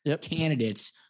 candidates